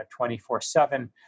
24-7